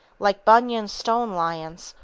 like bunyan's stone lions,